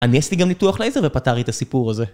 אני עשיתי גם ניתוח לייזר ופתר לי את הסיפור הזה